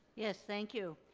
yes, thank you.